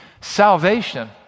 Salvation